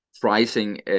pricing